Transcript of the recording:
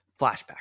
flashback